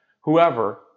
whoever